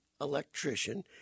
electrician